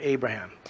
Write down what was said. Abraham